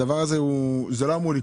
זה לא אמור לקרות,